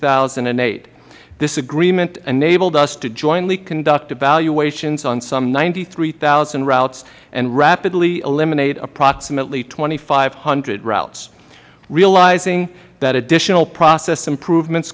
thousand and eight this agreement enabled us to jointly conduct evaluations on some ninety three thousand routes and rapidly eliminate approximately two five hundred routes realizing that additional process improvements